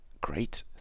great